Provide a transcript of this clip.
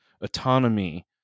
autonomy